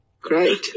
Great